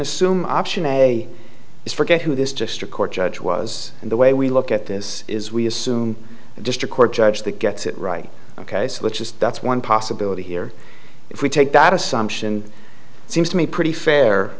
assume option a is forget who this district court judge was and the way we look at this is we assume a district court judge that gets it right ok so let's just that's one possibility here if we take that assumption it seems to me pretty fair